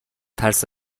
ترس